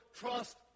trust